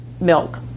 milk